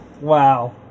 wow